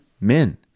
Men